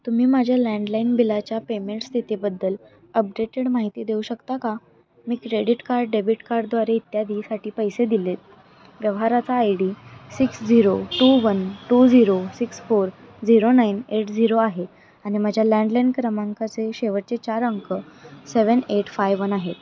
तुम्ही माझ्या लँडलाईन बिलाच्या पेमेंट स्थितीबद्दल अपडेटेड माहिती देऊ शकता का मी क्रेडीट कार्ड डेबिट कार्ड द्वारे इत्यादीसाठी पैसे दिलेत व्यवहाराचा I D six zero two one two zero six four zero nine eight zero आहे आणि माझ्या लँण्डलेन क्रमांकाचे शेवटचे चार अंक सेवन एट फाय वन आहेत